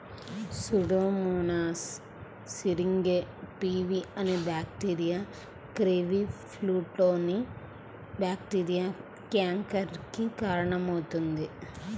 Pseudomonas syringae PV అనే bacteria కివీఫ్రూట్లోని bacteria canker కి కారణమవుతుంది